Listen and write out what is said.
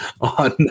on